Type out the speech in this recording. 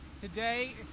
Today